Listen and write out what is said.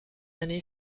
année